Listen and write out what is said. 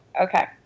Okay